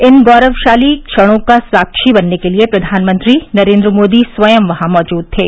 इन गौरवशाली क्षणों का साक्षी बनने के लिए प्रधानमंत्री नरेन्द्र मोदी स्वयं वहां मौजूद थे